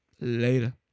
Later